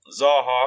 Zaha